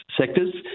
sectors